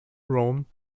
rome